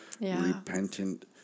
repentant